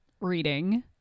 reading